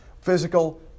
physical